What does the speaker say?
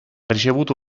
ricevuto